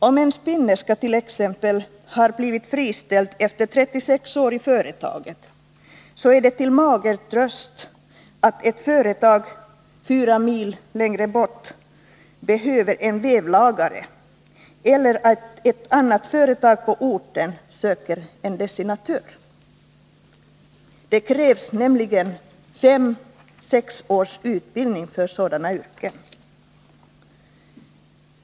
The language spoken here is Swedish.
Om en spinnerska t.ex. har friställts efter 36 år i företaget, är det en mager tröst för henne att ett företag fyra mil längre bort behöver en vävlagare eller att ett annat företag på orten söker en dessinatör. Det krävs nämligen sex års utbildning för sådana yrken.